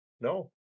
No